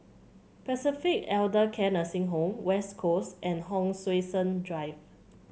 Pacific Elder Care Nursing Home West Coast and Hon Sui Sen Drive